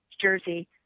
jersey